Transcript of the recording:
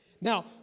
Now